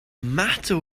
matter